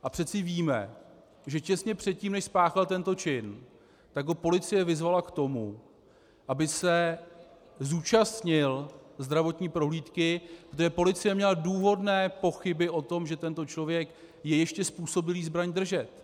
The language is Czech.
A přece víme, že těsně předtím, než spáchal tento čin, ho policie vyzvala k tomu, aby se zúčastnil zdravotní prohlídky, protože policie měla důvodné pochyby o tom, že tento člověk je ještě způsobilý zbraň držet.